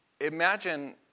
Imagine